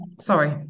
Sorry